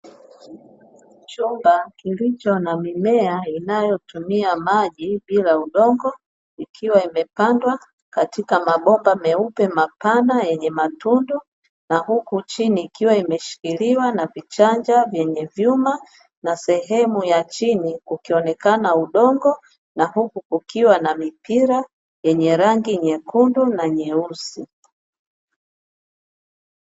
Chumba kilicho na mimea inayotumia maji bila udongo ikiwa imepandwa katika mabomba meupe mapana yenye matundu, na huku chini ikiwa imeshikiliwa na vichanja vyenye vyuma na sehemu ya chini kukionekana udongo, na huku kukiwa na mipira yenye rangi nyekundu na nyeusi.